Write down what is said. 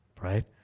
right